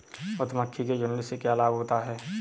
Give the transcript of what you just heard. मधुमक्खी के झुंड से क्या लाभ होता है?